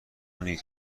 نیست